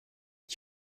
ich